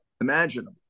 imaginable